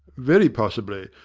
very possibly.